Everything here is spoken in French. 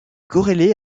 corrélée